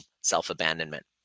self-abandonment